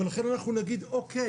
לכן אנחנו נגיד שבסדר,